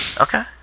Okay